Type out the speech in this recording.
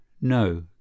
No